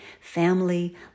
Family